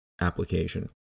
application